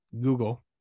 Google